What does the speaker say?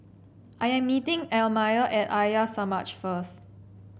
I am meeting Elmire at Arya Samaj first